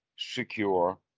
secure